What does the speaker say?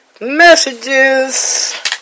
messages